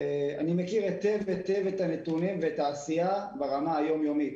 אני מכיר היטב היטב את הנתונים ואת העשייה ברמה היום יומית.